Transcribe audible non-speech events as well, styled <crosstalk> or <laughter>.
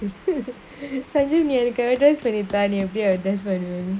<laughs> sanjeev நீ எனக்கு:nee enaku advertise பண்ணிதா நீ எப்டியாவது:pannnithaa nee epdiyaavathu advertisement